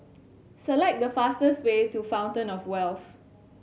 select the fastest way to Fountain Of Wealth